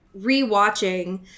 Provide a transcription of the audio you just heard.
rewatching